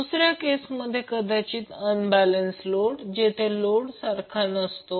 दुसऱ्या केसमध्ये कदाचित अनबॅलेन्स लोड जेथे लोड सारखा नसतो